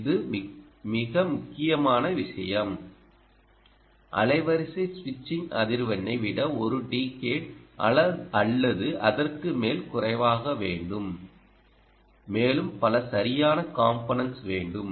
இது மிக முக்கியமான விஷயம் அலைவரிசை ஸ்விட்சிங் அதிர்வெண்ணை விட ஒரு டிகேட் அல்லது அதற்கு மேல் குறைவாக வேண்டும் மேலும் பல சரியான காம்போனென்ட்ஸ் வேண்டும்